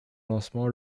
lancement